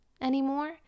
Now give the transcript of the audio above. anymore